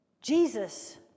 Jesus